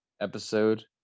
episode